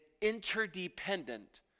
interdependent